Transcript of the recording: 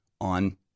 on